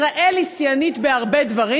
ישראל היא שיאנית בהרבה דברים,